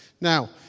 Now